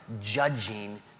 judging